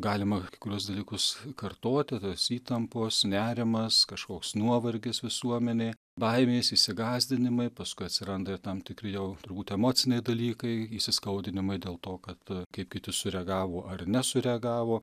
galima kai kuriuos dalykus kartoti tos įtampos nerimas kažkoks nuovargis visuomenėj baimės įsigąsdinimai paskui atsiranda ir tam tikri jau turbūt emociniai dalykai įsiskaudinimai dėl to kad kaip kiti sureagavo ar nesureagavo